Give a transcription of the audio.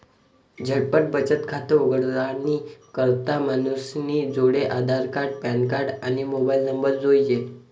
झटपट बचत खातं उघाडानी करता मानूसनी जोडे आधारकार्ड, पॅनकार्ड, आणि मोबाईल नंबर जोइजे